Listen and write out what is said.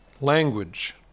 language